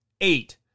eight